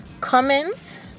comment